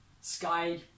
sky